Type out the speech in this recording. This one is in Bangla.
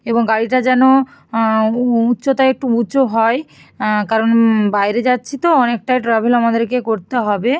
এবং গাড়িটা যেন উচ্চতায় একটু উঁচু হয় কারণ বাইরে যাচ্ছি তো অনেকটাই ট্রাভেল আমাদেরকে করতে হবে